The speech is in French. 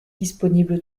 disponible